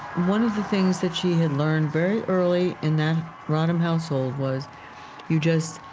one of the things that she had learned very early in that rodham household was you just,